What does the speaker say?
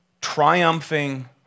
triumphing